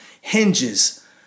hinges